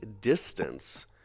distance